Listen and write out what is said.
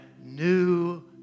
new